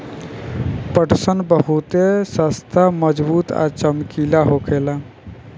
पटसन बहुते सस्ता मजबूत आ चमकीला होखेला